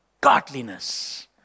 Godliness